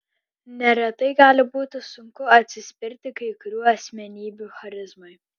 neretai gali būti sunku atsispirti kai kurių asmenybių charizmai